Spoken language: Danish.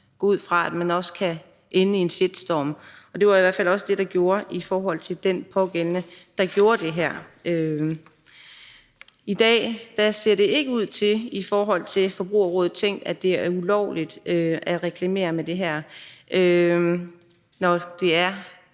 gå ud fra, at man kan ende i en shitstorm. Det var i hvert fald også det, der skete for den pågældende, der gjorde det her. I dag ser det ifølge Forbrugerrådet Tænk ikke ud til, at det er ulovligt at reklamere med det her, når de